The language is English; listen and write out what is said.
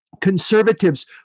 conservatives